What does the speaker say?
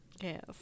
Yes